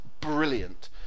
brilliant